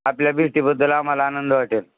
आपल्या भेटीबद्दल आम्हाला आनंद वाटेल